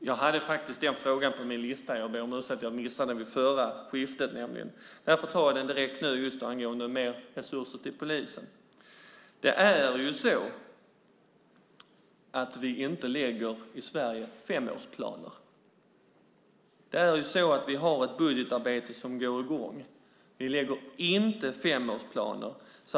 Fru talman! Jag hade den frågan på min lista över frågor att besvara och ber om ursäkt för att jag missade den i min tidigare replik. Den handlade om mer resurser till polisen, och jag ska svara på den nu i stället. Vi lägger inte femårsplaner i Sverige. Vi har ett budgetarbete som går i gång. Vi lägger inte femårsplaner.